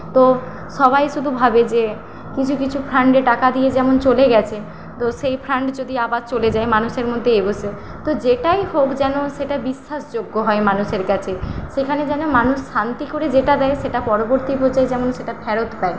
তো সবাই শুধু ভাবে যে কিছু কিছু ফান্ডে টাকা দিয়ে যেমন চলে গেছে তো সেই ফান্ড যদি আবার চলে যায় মানুষের মধ্যে তো যেটাই হোক যেন সেটা বিশ্বাসযোগ্য হয় মানুষের কাছে সেখানে যেন মানুষ শান্তি করে যেটা দেয় সেটা পরবর্তী পর্যায় যেন সেটা ফেরত পায়